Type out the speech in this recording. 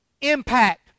impact